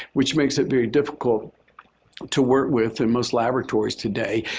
which makes it very difficult to work with in most laboratories today.